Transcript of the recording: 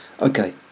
Okay